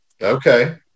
Okay